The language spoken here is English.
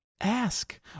ask